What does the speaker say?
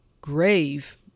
grave